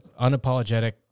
unapologetic